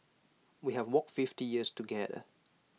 we have walked fifty years together